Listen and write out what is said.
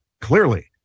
clearly